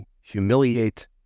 humiliate